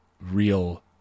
real